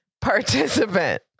participant